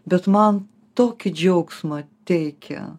bet man tokį džiaugsmą teikia